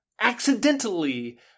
accidentally